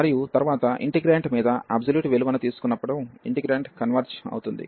మరియు తరువాత ఇంటిగ్రేంట్ మీద అబ్సొల్యూట్ విలువను తీసుకున్నప్పుడు ఇంటిగ్రేంట్ కన్వర్జ్ అవుతుంది